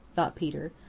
thought peter.